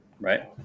right